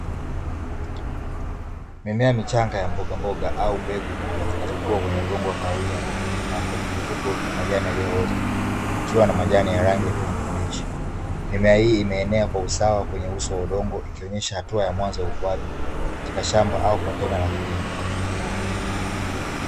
Mimea michanga ya mbogamboga au mbegu mpya zinazokua katika udongo wa kahawia na kwenye mifuko ya majani yaliyooza ikiwa na majani ya rangi ya kijani kibich. Mimea hii inaenea kwa usawa kwenye uso wa udongo ikionyesha hatua ya mwanzo ya ukuaji katika shamba au kontena la kilimo.